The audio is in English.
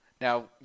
Now